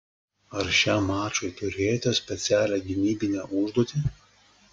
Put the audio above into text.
ar šiam mačui turėjote specialią gynybinę užduotį